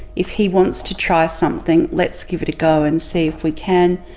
if he wants to try something let's give it a go and see if we can,